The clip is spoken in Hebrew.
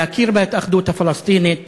להכיר בהתאחדות הפלסטינית